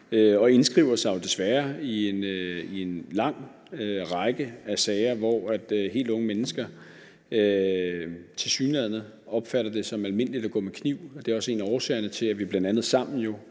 og indskriver sig desværre i en lang række af sager, hvor helt unge mennesker tilsyneladende opfatter det som almindeligt at gå med kniv. Det er bl.a. også en af årsagerne til, at vi jo sammen